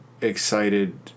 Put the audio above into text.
excited